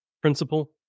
principle